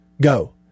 go